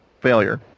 failure